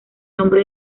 nombre